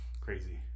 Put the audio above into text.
crazy